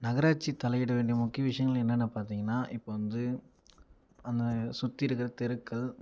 நகராட்சி தலையிட வேண்டிய முக்கிய விசியங்கள் என்னென்ன பார்த்தீங்கனா இப்போ வந்து நம்ம சுற்றியிருக்கிற தெருக்கள்